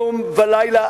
יום ולילה,